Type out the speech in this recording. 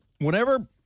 whenever